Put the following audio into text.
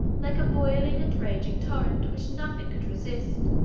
like a boiling and raging torrent which nothing could resist,